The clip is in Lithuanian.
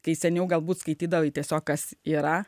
kai seniau galbūt skaitydavai tiesiog kas yra